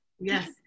Yes